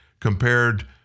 compared